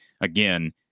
again